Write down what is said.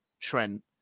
Trent